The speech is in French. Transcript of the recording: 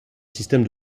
système